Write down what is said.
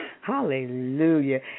Hallelujah